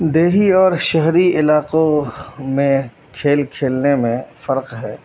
دیہی اور شہری علاقوں میں کھیل کھیلنے میں فرق ہے